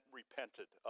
repented